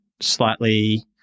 slightly